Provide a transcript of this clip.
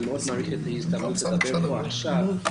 אני מאוד מעריך את ההזדמנות לדבר כאן עכשיו.